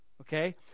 Okay